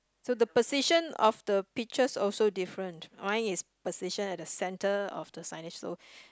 so the position of the peaches also different mine is position at the center of the signage so